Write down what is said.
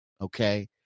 Okay